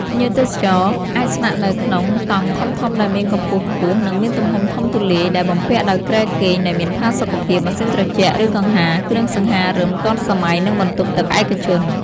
ភ្ញៀវទេសចរអាចស្នាក់នៅក្នុង តង់ធំៗដែលមានកម្ពស់ខ្ពស់ និងមានទំហំធំទូលាយ ដែលបំពាក់ដោយគ្រែគេងដែលមានផាសុកភាព ម៉ាស៊ីនត្រជាក់ ឬកង្ហារ គ្រឿងសង្ហារិមទាន់សម័យ និងបន្ទប់ទឹកឯកជន។